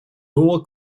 nor